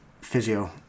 physio